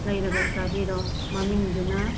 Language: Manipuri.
ꯂꯩꯔꯒ ꯆꯥꯕꯤꯔꯣ ꯃꯃꯤꯡꯗꯨꯅ